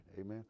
amen